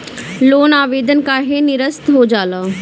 Loan आवेदन काहे नीरस्त हो जाला?